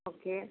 okay